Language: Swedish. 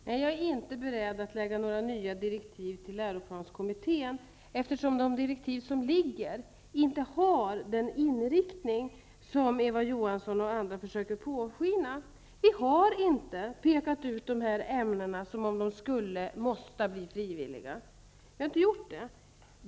Fru talman! Nej, jag är inte beredd att lägga några nya direktiv till läroplanskommittén, eftersom de direktiv som ligger inte har den inriktning som Eva Johansson och andra försöker påskina. Vi har inte pekat ut de här ämnena för att de måste bli frivilliga.